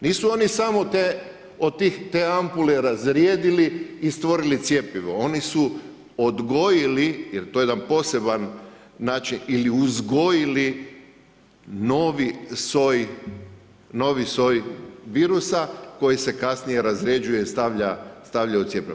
Nisu oni samo te ampule razrijedili i stvorili cjepivo, oni su odgojili, jer to je jedan poseban način ili uzgojili novi soj virusa koji se kasnije razrjeđuje i stavlja u cjepivo.